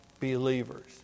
believers